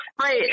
Right